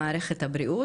במיוחד במערכת הבריאות,